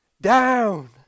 down